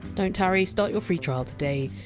don't tarry, start your free trial today.